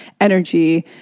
energy